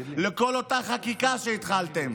לכל אותה חקיקה שהתחלתם.